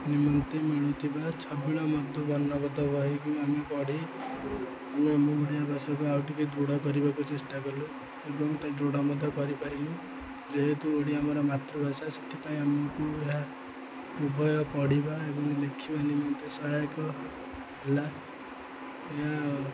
ନିମନ୍ତେ ମିଳୁଥିବା ଛବିଳ ମଧୁ ବର୍ଣ୍ଣବୋଧ ବହିକି ଆମେ ପଢ଼ି ଆମେ ଆମ ଓଡ଼ିଆ ଭାଷାକୁ ଆଉ ଟିକେ ଦୃଢ଼ କରିବାକୁ ଚେଷ୍ଟା କଲୁ ଏବଂ ତା ଦୃଢ଼ ମଧ୍ୟ କରିପାରିଲୁ ଯେହେତୁ ଓଡ଼ିଆ ଆମର ମାତୃଭାଷା ସେଥିପାଇଁ ଆମକୁ ଏହା ଉଭୟ ପଢ଼ିବା ଏବଂ ଲେଖିବା ନିମନ୍ତେ ସହାୟକ ହେଲା ଏହା